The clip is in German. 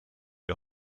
wir